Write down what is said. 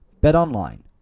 betonline